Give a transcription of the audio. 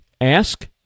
Ask